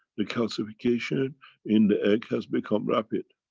the calcification in the egg has become rapid.